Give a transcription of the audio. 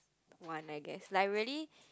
one I guess like I really